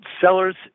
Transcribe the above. Sellers